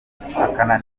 guhumeka